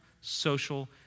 social